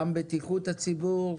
גם בטיחות הציבור,